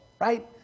right